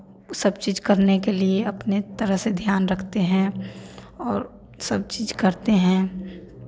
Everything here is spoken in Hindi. सब चीज़ करने के लिए अपने तरह से ध्यान रखते हैं और सब चीज़ करते हैं